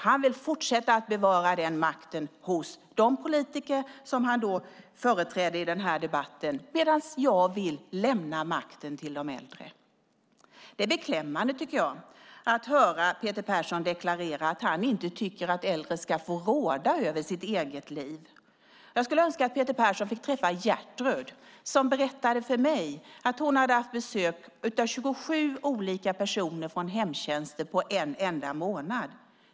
Han vill fortsätta att bevara den makten hos de politiker som han företräder i denna debatt, medan jag vill lämna makten till de äldre. Det är beklämmande att höra Peter Persson deklarera att han inte tycker att äldre ska få råda över sitt eget liv. Jag skulle önska att Peter Persson fick träffa Gertrud, som berättade för mig att hon hade haft besök av 27 olika personer från hemtjänsten under en enda månad.